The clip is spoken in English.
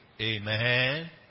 Amen